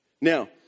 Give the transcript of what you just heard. Now